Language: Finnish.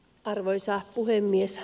arvoisa puhemies